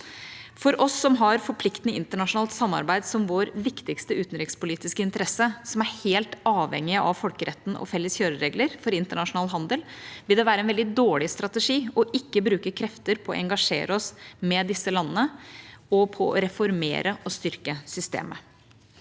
For oss som har forpliktende internasjonalt samarbeid som vår viktigste utenrikspolitiske interesse, som er helt avhengig av folkeretten og felles kjøreregler for internasjonal handel, vil det være en veldig dårlig strategi ikke å bruke krefter på å engasjere oss med disse landene og på å reformere og styrke systemet.